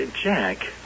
Jack